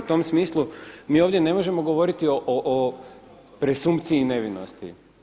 U tom smislu mi ovdje ne možemo govoriti o presumpciji nevinosti.